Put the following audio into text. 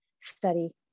study